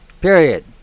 period